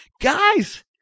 guys